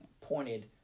pointed